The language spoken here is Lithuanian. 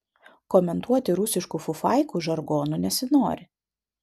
komentuoti rusiškų fufaikų žargonu nesinori